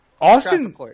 Austin